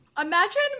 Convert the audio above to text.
Imagine